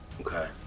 Okay